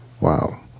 Wow